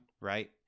right